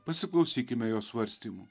pasiklausykime jo svarstymų